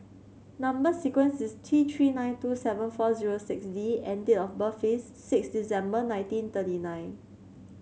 number sequence is T Three nine two seven four zero six D and date of birth is six December nineteen thirty nine